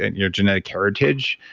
and your genetic heritage?